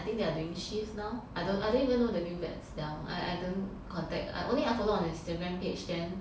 I think they are doing shifts now I don't I don't even know the new vets now I I don't contact I only I follow on Instragram page then